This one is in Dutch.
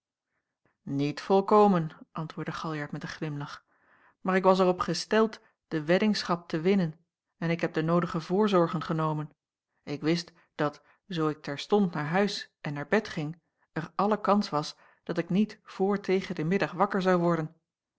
niet volkomen antwoordde galjart met een glimlach maar ik was er op gesteld de weddingschap te winnen en ik heb de noodige voorzorgen genomen ik wist dat zoo ik terstond naar huis en naar bed ging er alle kans was dat ik niet voor tegen den middag wakker zou worden